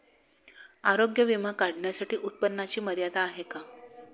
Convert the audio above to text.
आरोग्य विमा काढण्यासाठी उत्पन्नाची मर्यादा आहे का?